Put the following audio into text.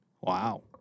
wow